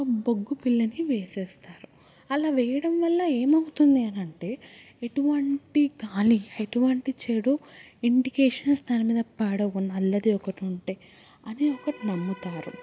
బొగ్గు బిళ్ళని వేసేస్తారు అలా వెయ్యడం వల్ల ఏమౌతుంది అని అంటే ఎటువంటి గాలి ఎటువంటి చెడు ఇండికేషన్స్ దాని మీద పడవు నల్లది ఒకటి ఉంటే అని ఒకటి నమ్ముతారు